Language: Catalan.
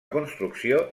construcció